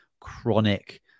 chronic